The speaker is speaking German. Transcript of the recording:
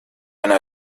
einer